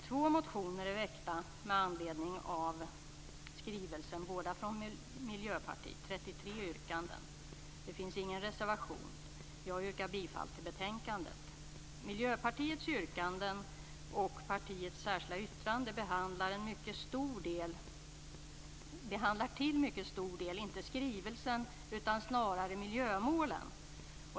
Två motioner är väckta med anledning av skrivelsen, båda av Miljöpartiet. De har 33 yrkanden. Det finns ingen reservation. Jag yrkar bifall till betänkandet. Miljöpartiets yrkanden och partiets särskilda yttrande behandlar till mycket stor del inte skrivelsen utan snarare miljömålen.